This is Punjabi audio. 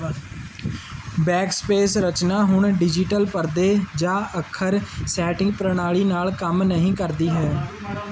ਬੈਕਸਪੇਸ ਰਚਨਾ ਹੁਣ ਡਿਜੀਟਲ ਪਰਦੇ ਜਾਂ ਅੱਖਰ ਸੈਟਿੰਗ ਪ੍ਰਣਾਲੀ ਨਾਲ ਕੰਮ ਨਹੀਂ ਕਰਦੀ ਹੈ